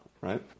right